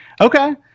Okay